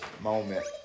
moment